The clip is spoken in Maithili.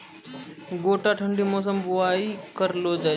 गोटा ठंडी मौसम बुवाई करऽ लो जा?